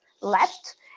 left